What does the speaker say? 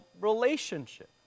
relationship